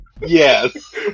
Yes